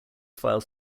file